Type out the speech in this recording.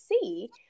see